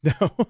No